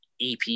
EP